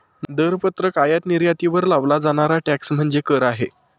दरपत्रक आयात निर्यातीवर लावला जाणारा टॅक्स म्हणजे कर आहे